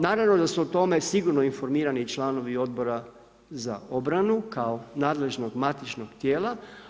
Naravno da su o tome sigurno informirani i članovi Odbora za obranu kao nadležnog matičnog tijela.